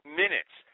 minutes